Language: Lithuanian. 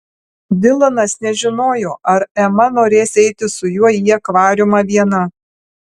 dilanas nežinojo ar ema norės eiti su juo į akvariumą viena